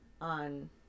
on